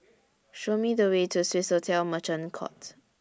Show Me The Way to Swissotel Merchant Court